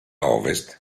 ovest